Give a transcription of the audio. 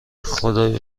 خدایا